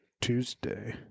Tuesday